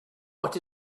what